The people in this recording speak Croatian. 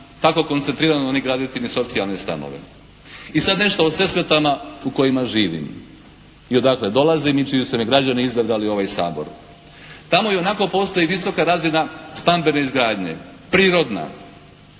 tako koncentrirano ni graditi ni socijalne stanove. I sad nešto o Sesvetama u kojima živim i odakle dolazim i čiji su me građani izabrali u ovaj Sabor. Tamo ionako postoji visoka razina stambene izgradnje. Prirodna.